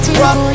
rock